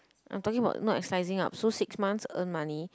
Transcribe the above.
I'm talking about no I slicing it up so six months earn money